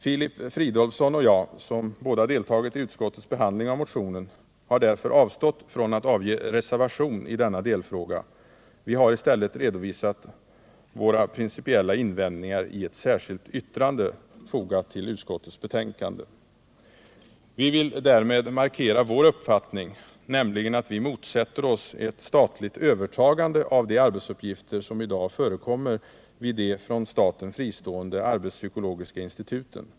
Filip Fridolfsson och jag, som båda deltagit i utskottets behandling av motionen, har därför avstått från att avge reservation i denna delfråga. Vi har i stället redovisat våra principiella invändningar i ett särskilt yttrande, fogat till utskottets betänkande. Vi vill därmed markera vår uppfattning, nämligen att vi motsätter oss ett statligt övertagande av de arbetsuppgifter som i dag förekommer vid de från staten fristående arbetspsykologiska instituten.